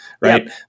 right